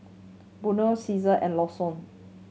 Burnett Ceasar and Lawson